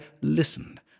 listened